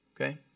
Okay